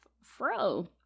Fro